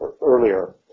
earlier